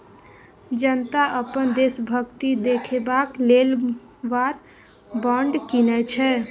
जनता अपन देशभक्ति देखेबाक लेल वॉर बॉड कीनय छै